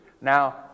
Now